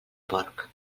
porc